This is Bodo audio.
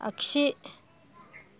आगसि